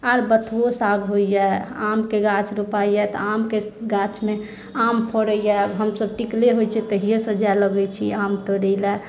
आर बथुओ साग होइए आम के गाछ रोपाइए तऽ आम के गाछ मे आम फड़ैए हमसभ टिकले होइए तऽ तहिएसँ जाय लगै छी आम तोड़ैले